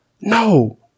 No